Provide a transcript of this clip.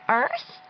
Earth